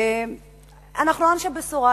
אנחנו לא אנשי בשורה,